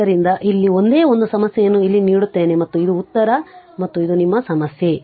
ಆದ್ದರಿಂದ ಇಲ್ಲಿ ಒಂದೇ ಒಂದು ಸಮಸ್ಯೆಯನ್ನು ಇಲ್ಲಿ ನೀಡುತ್ತೇನೆ ಮತ್ತು ಇದು ಉತ್ತರ ಮತ್ತು ಇದು ನಿಮ್ಮ ಸಮಸ್ಯೆ